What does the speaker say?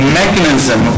mechanism